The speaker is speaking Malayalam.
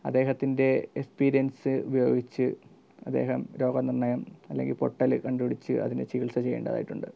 അദ്ദേഹത്തിൻ്റെ എക്സ്പീരിയൻസ് ഉപയോഗിച്ച് അദ്ദേഹം രോഗ നിർണ്ണയം അല്ലെങ്കിൽ പൊട്ടൽ കണ്ടു പിടിച്ച് അതിൻ്റെ ചികിത്സ ചെയ്യേണ്ടതായിട്ടുണ്ട്